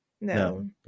No